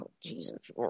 Jesus